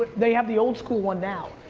they have the old-school one now.